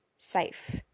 safe